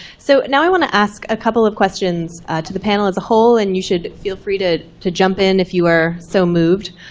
so now i want to ask a couple of questions to the panel as a whole, and you should feel free to to jump in if you are so moved.